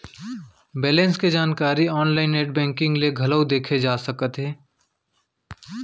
balance के जानकारी online net banking ले घलौ देखे जा सकत हे